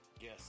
Yes